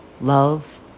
love